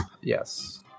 Yes